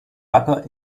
wacker